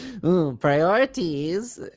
priorities